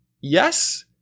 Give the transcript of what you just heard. Yes